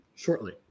Shortly